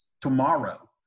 tomorrow